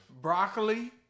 Broccoli